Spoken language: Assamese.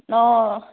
অঁ